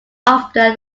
after